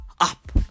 up